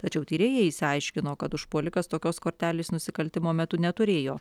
tačiau tyrėjai išsiaiškino kad užpuolikas tokios kortelės nusikaltimo metu neturėjo